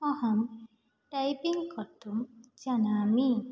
अहं टैपिङ्ग् कर्तुं जानामि